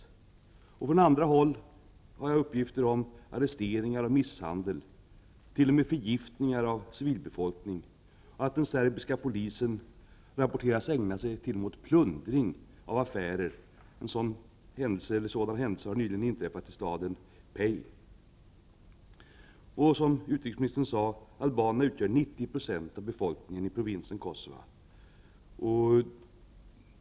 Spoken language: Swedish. Från andra håll har jag uppgifter om arresteringar och misshandel, t.o.m. förgiftningar av civilbefolkning. Den serbiska polisen rapporteras ägna sig åt t.o.m. plundring av affärer -- en sådan händelse har tydligen inträffat i staden Pec . Som utrikesministern sade, utgör albanerna 90 % av befolkningen i provinsen Kosovo.